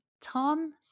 Tom